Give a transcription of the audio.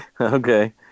Okay